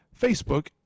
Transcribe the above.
facebook